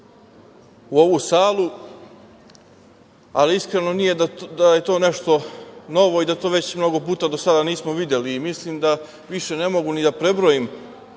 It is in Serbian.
u ovu salu. Ali, iskreno, nije da je to nešto novo i da to već mnogo puta do sada nismo videli. Mislim da više ne mogu ni da prebrojim